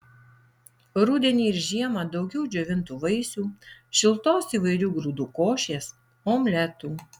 rudenį ir žiemą daugiau džiovintų vaisių šiltos įvairių grūdų košės omletų